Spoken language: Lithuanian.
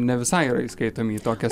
ne visai yra įskaitomi į tokias